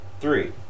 Three